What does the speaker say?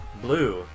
Blue